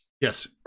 Yes